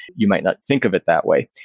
you might not think of it that way.